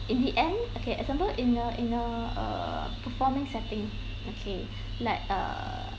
in the end okay example in a in a err performing setting okay like err